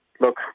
look